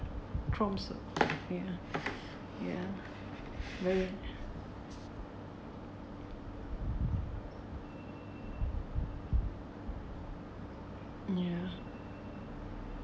tromso ya ya very nice ya